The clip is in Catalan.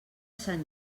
sant